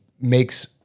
makes